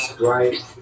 right